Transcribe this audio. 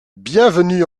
bienvenue